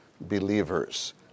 Believers